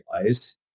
realized